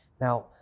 Now